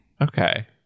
Okay